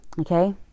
okay